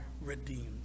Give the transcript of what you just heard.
redeemed